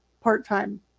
part-time